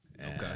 Okay